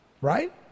Right